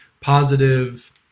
positive